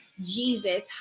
Jesus